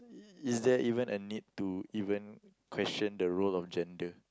is there even a need to even question the role of gender